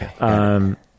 okay